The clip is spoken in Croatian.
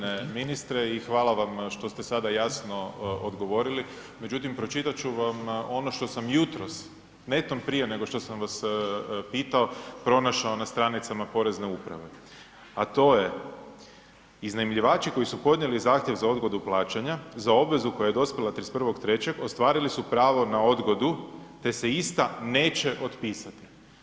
Zahvaljujem vam poštovani g. ministre i hvala vam što ste sada jasno odgovorili, međutim pročitat ću vam ono što sam jutros netom prije nego što sam vas pitao, pronašao na stranicama Porezne uprave a to je iznajmljivači koji su podnijeli zahtjev za odgodu plaćanja za obvezu koja je dospjela 31.3., ostvarili su pravo na odgodu te se ista neće otpisati.